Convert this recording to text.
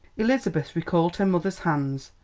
elizabeth recalled her mother's hands,